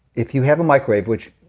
if you have a microwave, which,